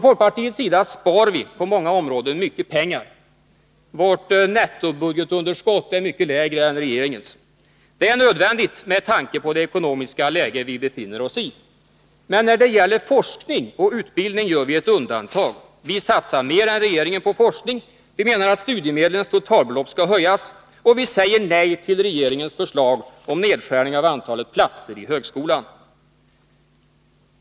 Folkpartiet föreslår stora besparingar på många områden — vårt nettobudgetunderskott skulle vara mycket lägre än regeringens. Det är nödvändigt med tanke på det ekonomiska läge vi befinner oss i. Men när det gäller forskning och utbildning gör vi ett undantag. Vi satsar mer än regeringen på forskning. Vi menar att studiemedlens totalbelopp skall höjas, och vi säger nej till regeringens förslag om nedskärning av antalet platser i högskolan.